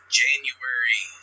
january